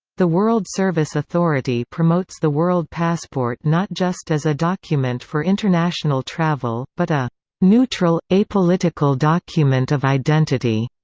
the world service authority promotes the world passport not just as a document for international travel, but a neutral, apolitical document of identity.